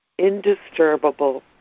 indisturbable